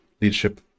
leadership